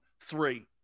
three